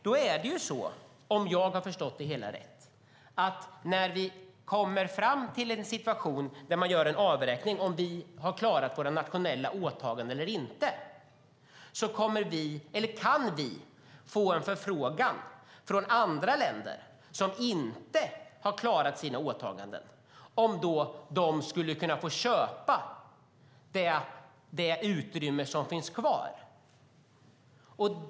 Då är det så, om jag har förstått det hela rätt, att när vi gör en avräkning av om vi har klarat våra nationella åtaganden eller inte kan vi få en förfrågan från andra länder som inte har klarat sina åtaganden om de skulle kunna få köpa det utrymme som finns kvar.